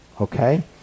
okay